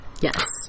Yes